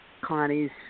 Connie's